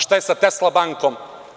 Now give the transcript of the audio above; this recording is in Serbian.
Šta je sa „Tesla bankom“